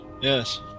Yes